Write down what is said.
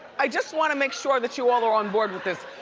i just wanna make sure that you all are on board with this.